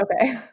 okay